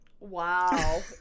wow